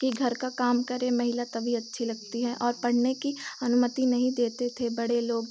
कि घर का काम करे महिला तभी अच्छी लगती हैं और पढ़ने की अनुमति नहीं देते थे बड़े लोग